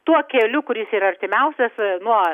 tuo keliu kuris yra artimiausias nuo